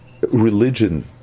religion